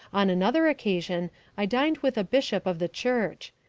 on another occasion i dined with a bishop of the church.